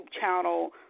channel